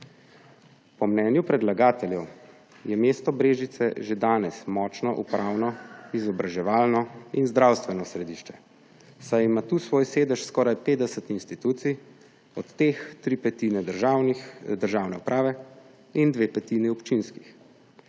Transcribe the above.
Po mnenju predlagateljev je mesto Brežice že danes močno upravno, izobraževalno in zdravstveno središče, saj ima tu svoj sedež skoraj 50 institucij, od teh tri petine državne uprave in dve petini občinskih.